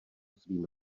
svým